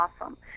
awesome